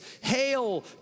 hail